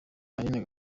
aline